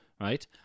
right